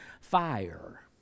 fire